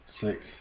Six